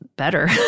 Better